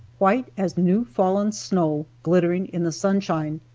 white as new fallen snow, glittering in the sunshine.